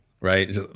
right